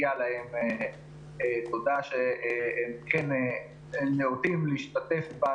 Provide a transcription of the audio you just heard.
לא לאמירה הברורה שהתלמידים האלה הם חלק ממערכת